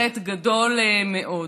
חטא גדול מאוד.